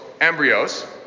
embryos